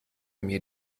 mir